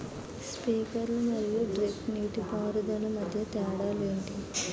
Sprinkler మరియు drip నీటిపారుదల మధ్య తేడాలు ఏంటి?